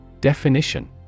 Definition